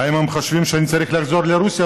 האם הם חושבים שאני צריך לחזור לרוסיה,